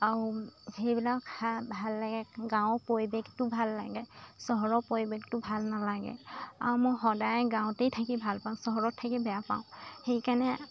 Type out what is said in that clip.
আৰু সেইবিলাক খাই ভাল লাগে গাঁৱৰ পৰিৱেশটো ভাল লাগে চহৰৰ পৰিৱেশটো ভাল নালাগে আৰু মই সদায় গাঁৱতেই থাকি ভাল পাওঁ চহৰত থাকি বেয়া পাওঁ সেইকাৰণে